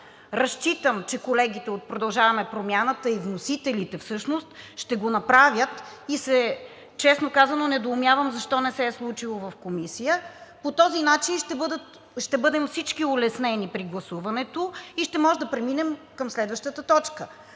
Разчитам, че колегите от „Продължаваме Промяната“ и вносителите всъщност ще го направят. Честно казано, недоумявам защо не се е случило в Комисията. По този начин ще бъдем всички улеснени при гласуването и ще можем да преминем към следващата точка.